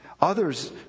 Others